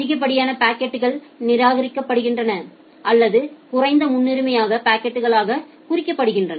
அதிகப்படியான பாக்கெட்கள் நிராகரிக்கப்படுகின்றன அல்லது குறைந்த முன்னுரிமையாக பாக்கெட்களாக குறிக்கப்படுகின்றன